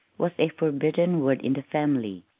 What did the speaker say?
was a forbidden word in the family,